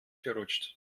verrutscht